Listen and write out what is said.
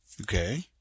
Okay